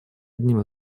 одним